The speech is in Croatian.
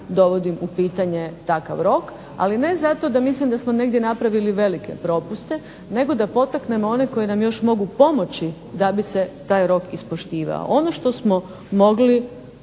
dovodim u pitanje takav rok, ali ne zato da mislim da smo negdje napravili velike propuste, nego da potaknemo one koji nam još mogu pomoći da bi se taj rok ispoštivao. Ono što smo mogli